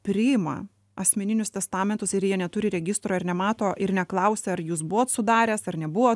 priima asmeninius testamentus ir jie neturi registro ir nemato ir neklausia ar jūs buvot sudaręs ar nebuvo